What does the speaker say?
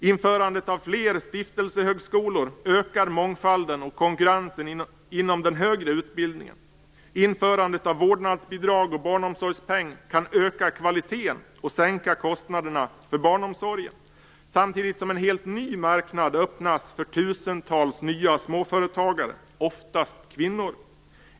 Införandet av fler stiftelsehögskolor ökar mångfalden och konkurrensen inom den högre utbildningen. Införandet av vårdnadsbidrag och barnomsorgspeng kan öka kvaliteten och sänka kostnaderna för barnomsorgen, samtidigt som en helt ny marknad öppnas för tusentals nya småföretagare, oftast kvinnor.